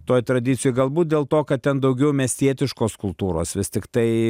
toj tradicijoj galbūt dėl to kad ten daugiau miestietiškos kultūros vis tiktai